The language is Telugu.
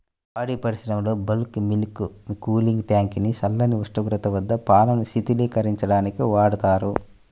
పాడి పరిశ్రమలో బల్క్ మిల్క్ కూలింగ్ ట్యాంక్ ని చల్లని ఉష్ణోగ్రత వద్ద పాలను శీతలీకరించడానికి వాడతారు